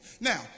Now